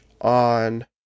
on